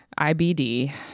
IBD